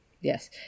yes